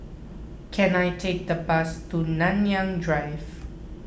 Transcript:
can I take a bus to Nanyang Drive